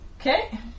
Okay